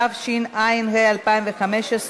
התשע"ה 2015,